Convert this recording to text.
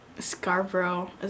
Scarborough